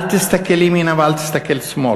אל תסתכל ימינה ואל תסתכל שמאלה.